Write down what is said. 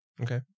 Okay